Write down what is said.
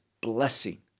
blessing